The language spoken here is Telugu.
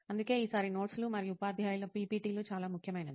అందుకే ఈసారి నోట్స్ లు మరియు ఉపాధ్యాయుల పిపిటి చాలా ముఖ్యమైనది